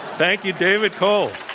thank you, david cole.